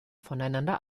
voneinander